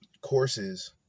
courses